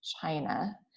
China